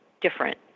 different